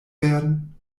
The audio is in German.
werden